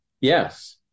Yes